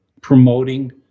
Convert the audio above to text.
promoting